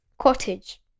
cottage